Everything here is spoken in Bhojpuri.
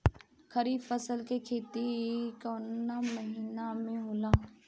खरीफ फसल के खेती कवना महीना में होला?